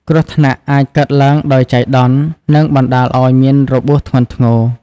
គ្រោះថ្នាក់អាចកើតឡើងដោយចៃដន្យនិងបណ្តាលឱ្យមានរបួសធ្ងន់ធ្ងរ។